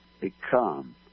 become